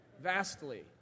Vastly